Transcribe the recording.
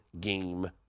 game